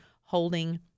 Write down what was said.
holding